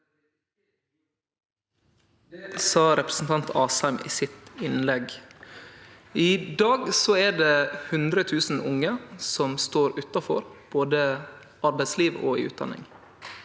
Det sa representanten Asheim i sitt innlegg. I dag er det 100 000 unge som står utanfor både arbeidsliv og utdanning.